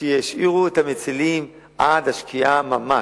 ישאירו את המצילים עד השקיעה ממש.